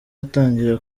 atangira